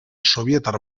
sobietar